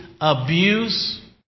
abuse